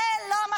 זה לא מה